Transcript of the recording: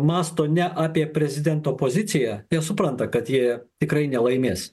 mąsto ne apie prezidento poziciją jie supranta kad jie tikrai nelaimės